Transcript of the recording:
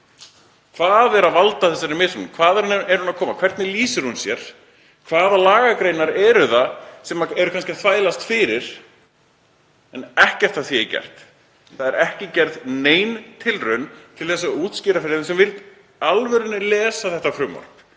Hvað er að valda þessari mismunun? Hvaðan er hún að koma? Hvernig lýsir hún sér? Hvaða lagagreinar eru það sem eru kannski að þvælast fyrir? En ekkert af því er gert. Það er ekki gerð nein tilraun til þess að útskýra fyrir þeim sem vilja í alvörunni lesa þetta frumvarp